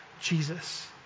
Jesus